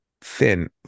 thin